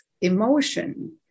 emotion